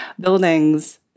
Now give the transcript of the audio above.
buildings